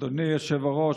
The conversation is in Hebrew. אדוני היושב-ראש,